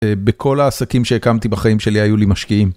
בכל העסקים שהקמתי בחיים שלי היו לי משקיעים.